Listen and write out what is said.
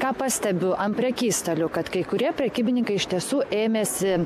ką pastebiu ant prekystalių kad kai kurie prekybininkai iš tiesų ėmėsi